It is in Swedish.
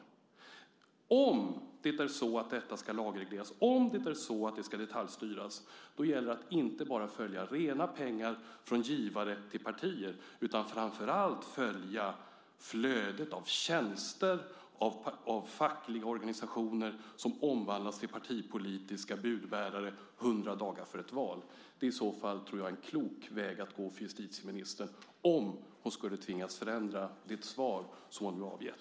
Om det är så att detta ska lagregleras och om det är så att detta ska detaljstyras gäller det alltså att inte bara följa rena pengar från givare till partier, utan framför allt gäller det att följa flödet av tjänster och fackliga organisationer som omvandlas till partipolitiska budbärare hundra dagar före ett val. Det är, tror jag, en klok väg för justitieministern om hon skulle tvingas förändra det svar som hon nu har avgett.